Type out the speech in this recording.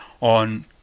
on